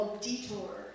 detour